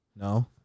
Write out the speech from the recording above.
No